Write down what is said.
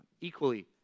equally